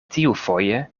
tiufoje